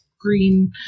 green